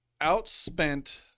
outspent